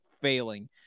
failing